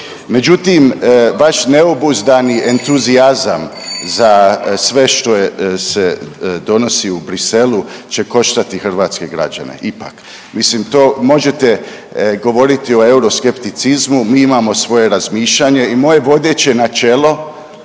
Međutim, vaš neobuzdani entuzijazam za sve što je se donosi u Bruxellesu će koštati hrvatske građane, ipak. Mislim to možete govoriti o euroskepticizmu, mi imamo svoje razmišljanje i moje vodeće načelo,